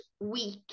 week